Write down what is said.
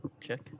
Check